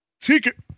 ticket